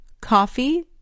coffee